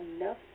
enough